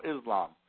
Islam